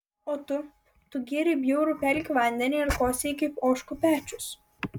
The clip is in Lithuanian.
o tu tu gėrei bjaurų pelkių vandenį ir kosėjai kaip ožkų pečius